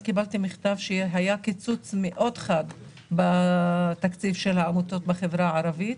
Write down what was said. אני קיבלתי מכתב שהיה קיצוץ מאוד חד בתקציב של העמותות בחברה הערבית,